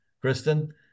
Kristen